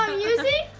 um using?